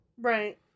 Right